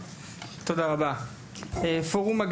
תודה רבה על זכות הדיבור.